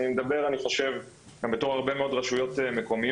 ואני מדבר אני חושב גם בתור הרבה מאוד רשויות מקומיות,